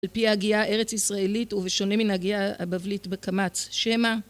על פי הגייה ארץ ישראלית, ובשונה מן הגייה הבבלית בקמץ. שמא